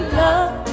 love